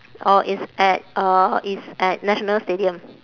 uh it's at uh it's at national stadium